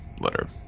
letter